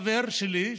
חבר שלי,